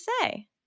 say